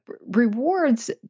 rewards